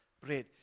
bread